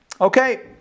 Okay